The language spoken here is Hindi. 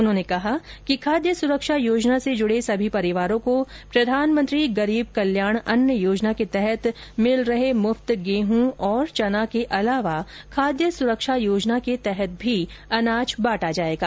उन्होंने कहा कि खाद्य सुरक्षा योजना से जुडे सभी परिवारों को प्रधानमंत्री गरीब कल्याण अन्न योजना के तहत मिल रहे मुफ्त गेहूं और चना के अलावा खाद्य सुरक्षा योजना के तहत भी अनाज बांटा जायेगा